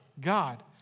God